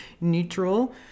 neutral